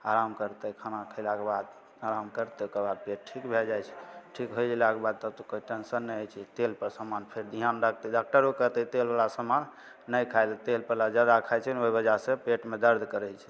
आराम करतै खाना खयलाके बाद आराम करतै ओकर बाद पेट ठीक भए जाइ छै ठीक होइ गेलाके बाद तब तऽ कोइ टेंसन नहि होइत छै तेल पर समान फेर ध्यान रखतै डाक्टरो कहतै तेल बला समान नहि खाइ लऽ तेल बला जादा खाइ छै ने ओहि वजह से पेटमे दर्द करैत छै